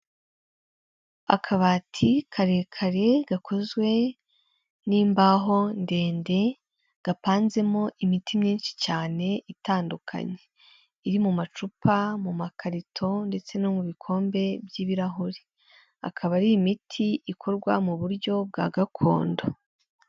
Akabati karekare gakozwe n'imbaho ndende, gapanzemo imiti myinshi cyane itandukanye, iri mu macupa, mu makarito ndetse no mu bikombe by'ibirahuri, akaba ari imiti ikorwa mu buryo bwa gakondo.